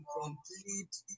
complete